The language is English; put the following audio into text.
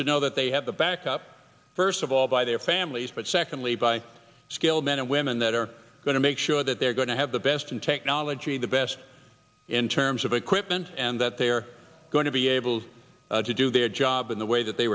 to know that they have the backup first of all by their families but secondly by skilled men and women that are going to make sure that they're going to have the best and technology the best in terms of equipment and that they are going to be able to do their job in the way that they